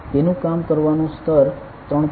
તેનુ કામ કરવાનું સ્તર 3